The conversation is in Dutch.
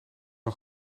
een